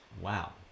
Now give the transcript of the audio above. Wow